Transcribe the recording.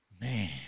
Man